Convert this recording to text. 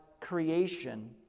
creation